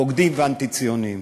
בוגדים ואנטי-ציוניים.